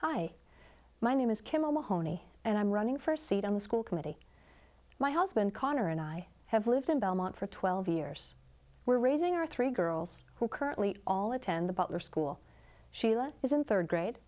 hi my name is kim o'mahony and i'm running for a seat on the school committee my husband connor and i have lived in belmont for twelve years we're raising our three girls who currently all attend the butler school sheila is in third grade